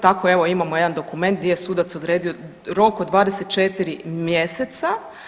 Tako evo imamo jedan dokument gdje je sudac odredio rok od 24 mjeseca.